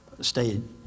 stayed